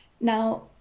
Now